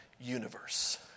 universe